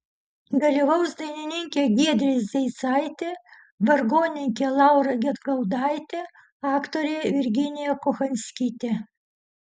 dalyvaus dainininkė giedrė zeicaitė vargonininkė laura gedgaudaitė aktorė virginija kochanskytė